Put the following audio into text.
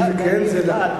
אם כך,